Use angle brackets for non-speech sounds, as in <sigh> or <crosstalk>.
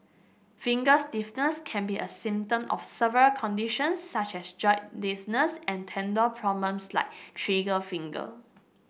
finger stiffness can be a symptom of several conditions such as joint <unintelligible> and tendon problems like trigger finger